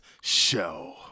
show